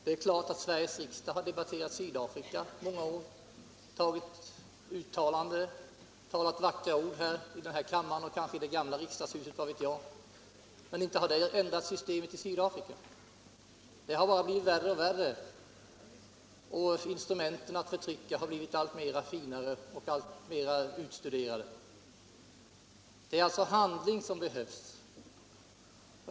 Det är klart att Sveriges riksdag har debatterat Sydafrika i många år, antagit uttalanden och talat vackra ord i den här kammaren och kanske också i det gamla riksdagshuset, vad vet jag. Men inte har det ändrat systemet i Sydafrika. Det har bara blivit värre och värre, och förtryckarnas instrument har blivit allt finare och alltmer utstuderade. Det är alltså handling som behövs.